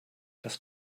das